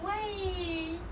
why